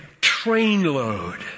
trainload